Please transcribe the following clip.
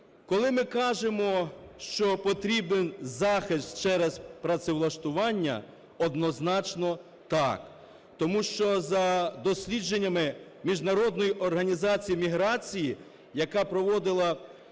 Коли ми кажемо, що потрібен захист через працевлаштування, однозначно так. Тому що за дослідженнями Міжнародної організації з міграції, яка проводила